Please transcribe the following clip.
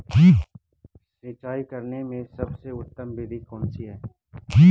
सिंचाई करने में सबसे उत्तम विधि कौन सी है?